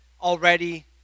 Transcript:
already